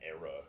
era